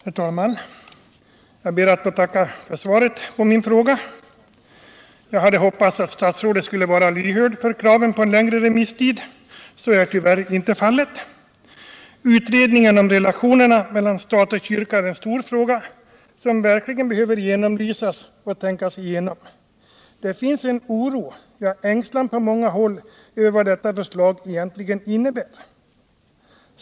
Herr talman! Jag ber att få tacka för svaret på min fråga. Jag hade hoppats att statsrådet skulle vara lyhörd för kraven på en längre remisstid. Så är tyvärr inte fallet. Utredningen om relationerna mellan stat och kyrka är en stor fråga, som verkligen behöver genomlysas och tänkas igenom. Det finns en oro — ja, ängslan — på många håll över vad detta förslag egentligen innebär.